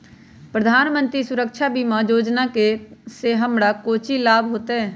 प्रधानमंत्री सुरक्षा बीमा योजना से हमरा कौचि लाभ होतय?